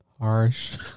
Harsh